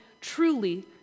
truly